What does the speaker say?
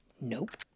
Nope